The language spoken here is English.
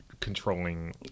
controlling